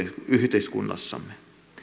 yhteiskunnassamme